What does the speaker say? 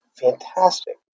fantastic